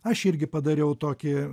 aš irgi padariau tokį